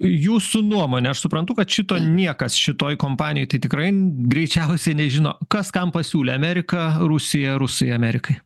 jūsų nuomone aš suprantu kad šito niekas šitoj kompanijoj tai tikrai greičiausiai nežino kas kam pasiūlė amerika rusija rusai amerikai